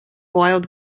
wild